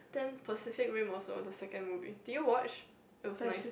then Pacific Rim also the second movie did you watch it was nice